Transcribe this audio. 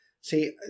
See